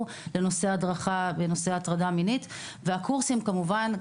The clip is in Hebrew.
בנושא הטרדה מינית; גם בקורסים אנחנו מקצרים,